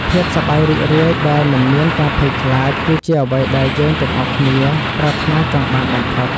ភាពសប្បាយរីករាយដែលមិនមានការភ័យខ្លាច គឺជាអ្វីដែលយើងទាំងអស់គ្នាប្រាថ្នាចង់បានបំផុត។